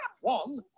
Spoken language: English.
One